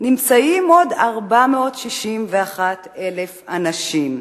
נמצאים עוד 461,000 אנשים.